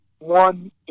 One